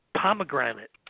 Pomegranate